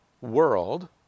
world